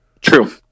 True